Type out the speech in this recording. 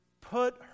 put